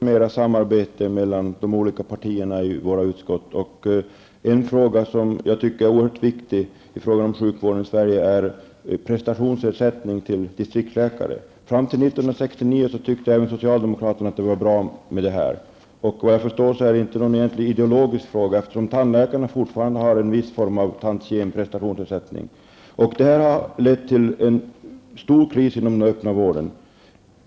Herr talman! Det vore bra med mera samarbete mellan de olika partierna i utskotten. En oerhört viktig fråga när det gäller sjukvården i Sverige är prestationsersättning till distriktläkarna. Fram till 1969 ansåg även socialdemokraterna att det skulle vara bra. Såvitt jag förstår är detta egentligen inte någon ideologisk fråga, eftersom tandläkarna fortfarande har en viss form av tantiemersättning. Det är nu en stor kris inom den öppna vården.